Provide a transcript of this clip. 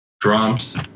Drums